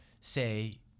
say